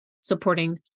supporting